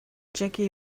jackie